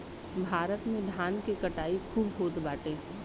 भारत में धान के कटाई खूब होत बाटे